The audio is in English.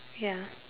ya